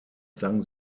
sang